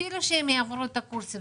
אפילו שהן יעברו את הקורס,